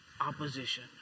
opposition